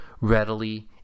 readily